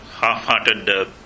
half-hearted